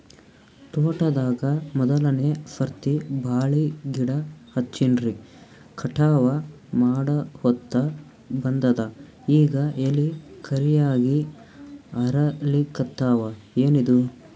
ತೋಟದಾಗ ಮೋದಲನೆ ಸರ್ತಿ ಬಾಳಿ ಗಿಡ ಹಚ್ಚಿನ್ರಿ, ಕಟಾವ ಮಾಡಹೊತ್ತ ಬಂದದ ಈಗ ಎಲಿ ಕರಿಯಾಗಿ ಹರಿಲಿಕತ್ತಾವ, ಏನಿದು?